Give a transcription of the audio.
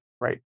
right